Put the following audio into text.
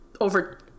over